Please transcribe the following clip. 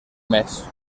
mes